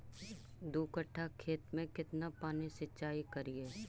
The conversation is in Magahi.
दू कट्ठा खेत में केतना पानी सीचाई करिए?